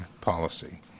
policy